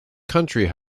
country